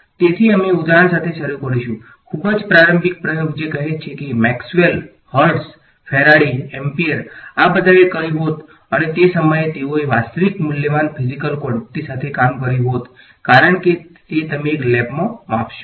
તેથી અમે ઉદાહરણ સાથે શરૂ કરીશું ખૂબ જ પ્રારંભિક પ્રયોગો જે કહે છે કે મેક્સવેલ હર્ટ્ઝ ફેરાડે એમ્પીયર આ બધાએ કર્યું હોત અને તે સમયે તેઓએ વાસ્તવિક મૂલ્યવાન ફીઝીકલ કવોંટીટી સાથે કામ કર્યું હોત કારણ કે તે તમે એક લેબમાં માપશો